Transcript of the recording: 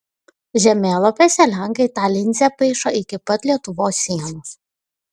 žemėlapiuose lenkai tą linzę paišo iki pat lietuvos sienos